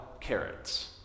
carrots